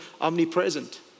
omnipresent